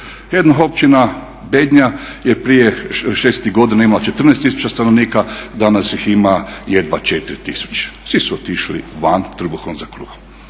Jedna općina Bednja je prije … godina imala 14000 stanovnika, danas ih ima jedva 4000, svi su otišli van trbuhom za kruhom.